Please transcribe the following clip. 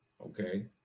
okay